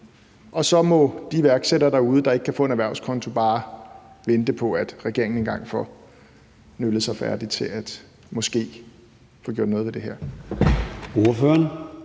sådan at de iværksættere derude, der ikke kan få en erhvervskonto, bare må vente på, at regeringen engang får nølet sig færdig til måske at få gjort noget ved det her?